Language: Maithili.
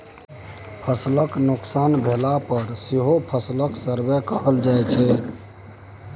फसलक नोकसान भेला पर सेहो फसलक सर्वे कएल जाइ छै